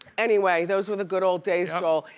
anyway, those were the good, old days, joel.